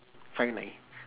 five nine